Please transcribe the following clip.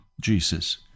Jesus